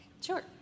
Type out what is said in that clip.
Sure